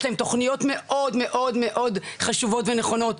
יש להם תוכניות מאוד חשובות ונכונות,